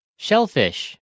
Shellfish